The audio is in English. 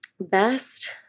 Best